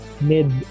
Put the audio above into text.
mid